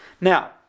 Now